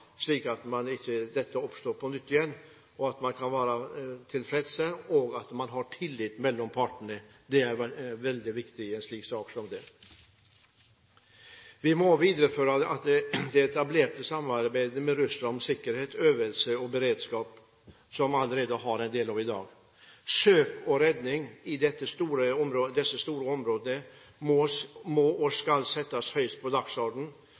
slik at dette ikke oppstår på nytt, at man kan være tilfreds, og at det er tillit mellom partene. Det er veldig viktig i en sak som dette. Vi må videreføre det etablerte samarbeidet med Russland om sikkerhet, øvelse og beredskap, som vi har en del av allerede i dag. Søk og redning i disse store områdene må og skal settes høyt på dagsordenen.